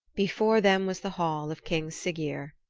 before them was the hall of king siggeir.